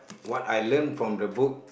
what I learn from the book